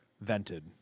vented